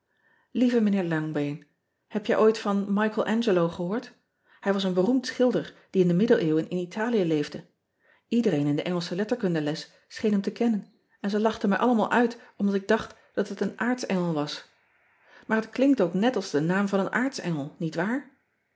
ieve ijnheer angbeen eb jij ooit van ichael ngelo gehoord ij was een beroemd schilder die in de iddeleeuwen in taliä leefde edereen in de ngelsche letterkunde les scheen hem te kennen en zij lachten mij allemaal uit omdat ik dacht dat het een aartsengel was aar het klinkt ook net als de naam van een aartsengel